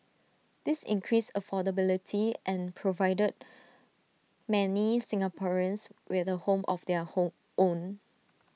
this increased affordability and provided many Singaporeans with A home of their home own